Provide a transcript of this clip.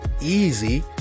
easy